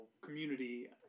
community